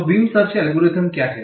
तो beam search algorithm क्या है